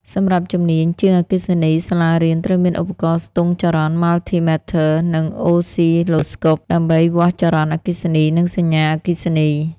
សម្រាប់ជំនាញ ជាងអគ្គិសនី សាលាត្រូវមាន ឧបករណ៍ស្ទង់ចរន្ត (Multimeters) និង អូសស៊ីឡូស្កូប (Oscilloscopes) ដើម្បីវាស់ចរន្តអគ្គិសនីនិងសញ្ញាអគ្គិសនី។